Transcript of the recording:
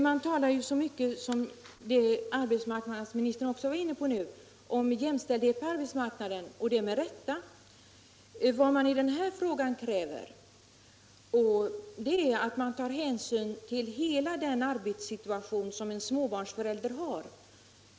Man talar mycket — och det med rätta — om det som arbetsmarknadsministern också var inne på nyss, nämligen om en jämställdhet på arbetsmarknaden. Vad man i fråga om sextimmarsdag för småbarnsföräldrar kräver är att hänsyn tas till hela den arbetssituation som en småbarnsförälder har.